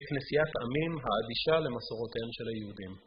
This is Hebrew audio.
לכנסיית עמים האדישה למסורותיהם של היהודים.